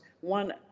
One